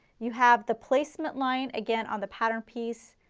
you have the placement line again on the pattern piece,